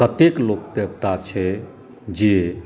कतेक लोकदेवता छै जे